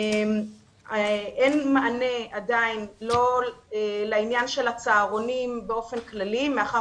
אין מענה עדיין לעניין של הצהרונים באופן כללי מאחר